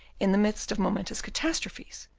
in the midst of momentous catastrophes,